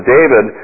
David